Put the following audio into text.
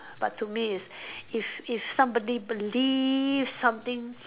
but to me is if if somebody believe something